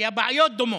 כי הבעיות דומות,